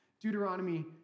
Deuteronomy